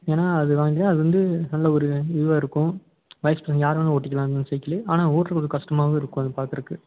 ஏன்னா அது வாங்க அது வந்து நல்ல ஒரு இதுவாக இருக்கும் வயசு பசங்கள் யார் வேணுனாலும் ஓட்டிக்கலாம் அந்த மாதிரி சைக்கிளு ஆனால் ஓட்டுறது கொஞ்சம் கஷ்டமாகவும் இருக்கும் அது பாக்குறதுக்கு